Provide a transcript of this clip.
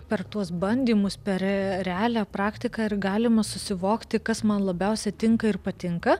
per tuos bandymus per realią praktiką ir galima susivokti kas man labiausia tinka ir patinka